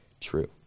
true